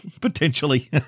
Potentially